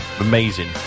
Amazing